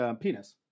penis